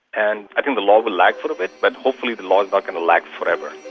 and i think the law will lag for a bit but hopefully the law is not going to lag forever.